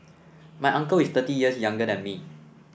my uncle is thirty years younger than me